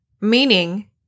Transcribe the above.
meaning